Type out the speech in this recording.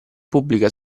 pubblica